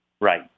Right